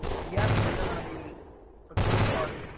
and yes, we are going to be for the most part,